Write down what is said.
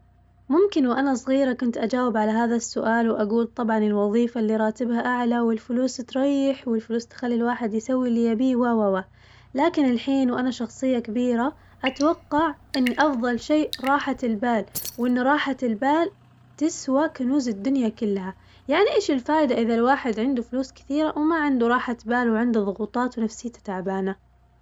ممكن وأنا صغيرة كنت أجاوب على هذا السؤال وأقول طبعاً الوظيفة اللي راتبها أعلى والفلوس تريح والفلوس تخلي الواحد يسوي اللي يبيه و و و، لكن الحين وأنا شخصياً كبيرة أتوقع إن أفضل شي راحة البال، وإنه راحة البال تسوى كنوز الدنيا كلها، يعني إيش الفايدة إذا الواحد عنده فلوس كثيرة وما عنده راحة بال وعنده ظغوطات ونفسيته تعبانة.